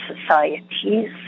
societies